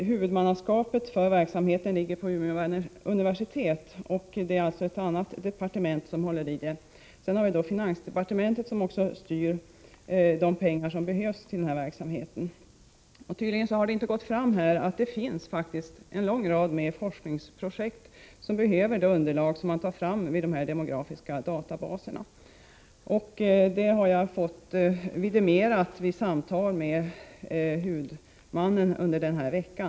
Huvudmannaskapet för verksamheten åvilar Umeå universitet. Ett annat departement håller alltså i den. Finansdepartementet styr de pengar som behövs för verksamheten. Uppenbarligen har det inte gått fram att det faktiskt finns en lång rad forskningsprojekt, som behöver det underlag som kan tas fram med dessa demografiska databaser. Det har jag fått vidimerat vid samtal med huvudmannen under denna vecka.